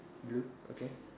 blue okay